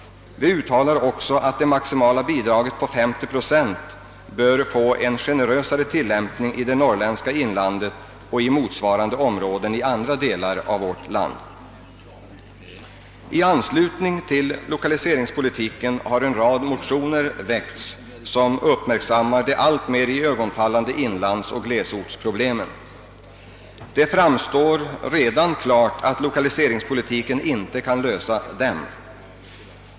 Vi uttalar också att bestämmelserna om det maximala bidraget på 50 procent bör få en generösare tillämpning i det norrländska inlandet och i motsvarande områden i andra delar av vårt land. I anslutning till förslaget beträffande lokaliseringspolitiken har en rad motioner väckts vari de alltmer iögonenfallande inlandsoch glesortsproblemen uppmärksammas. Det står redan klart att lokaliseringspolitiken inte kan lösa dem.